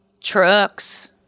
trucks